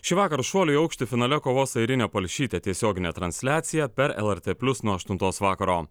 šįvakar šuolių į aukštį finale kovos airinė palšytė tiesioginė transliacija per lrt plius nuo aštuntos vakaro